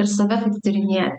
ir save taip tyrinėt